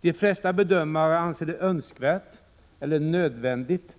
De flesta bedömare anser det önskvärt eller nödvändigt